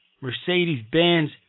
Mercedes-Benz